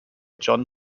john